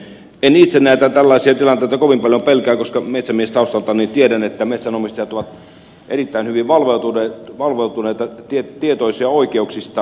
en itse näitä tällaisia tilanteita kovin paljon pelkää koska metsämiestaustaltani tiedän että metsänomistajat ovat erittäin hyvin valveutuneita tietoisia oikeuksistaan